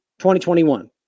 2021